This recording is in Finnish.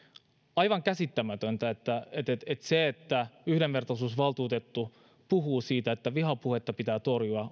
aivan käsittämätöntä että se on joku ongelma että yhdenvertaisuusvaltuutettu puhuu siitä että vihapuhetta pitää torjua